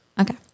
Okay